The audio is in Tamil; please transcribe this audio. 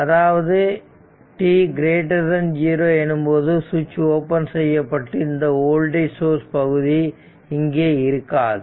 அதாவது t 0 எனும்போது சுவிட்ச் ஓபன் செய்யப்பட்டு இந்த வோல்டேஜ் சோர்ஸ் பகுதி இங்கே இருக்காது